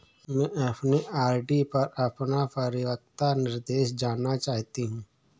मैं अपने आर.डी पर अपना परिपक्वता निर्देश जानना चाहती हूँ